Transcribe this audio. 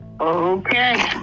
Okay